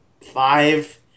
five